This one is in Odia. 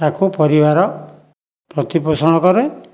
ତାକୁ ପରିବାର ପ୍ରତିପୋଷଣ କରେ